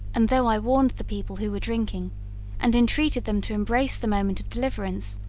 and though, i warned the people who were drinking and entreated them to embrace the moment of deliverance,